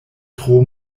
tro